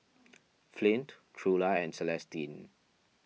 Flint Trula and Celestine